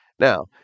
Now